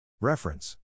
Reference